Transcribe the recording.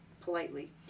politely